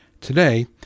Today